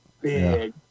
Big